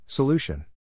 Solution